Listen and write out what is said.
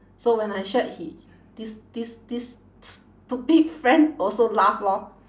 so when I shared he this this this stupid friend also laugh lor